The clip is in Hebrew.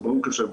זה ברור כשמש.